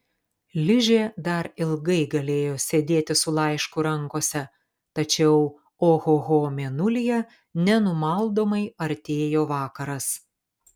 ližė dar ilgai galėjo sėdėti su laišku rankose tačiau ohoho mėnulyje nenumaldomai artėjo vakaras